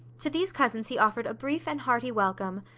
to these cousins he offered a brief and hearty welcome,